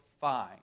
fine